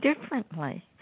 differently